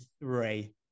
three